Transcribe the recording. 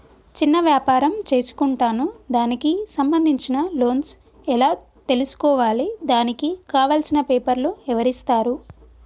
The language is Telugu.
చిన్న వ్యాపారం చేసుకుంటాను దానికి సంబంధించిన లోన్స్ ఎలా తెలుసుకోవాలి దానికి కావాల్సిన పేపర్లు ఎవరిస్తారు?